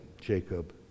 Jacob